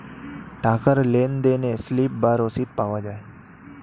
টাকার লেনদেনে স্লিপ বা রসিদ পাওয়া যায়